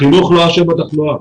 חינוך לא אשם בתחלואה,